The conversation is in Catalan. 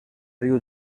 riu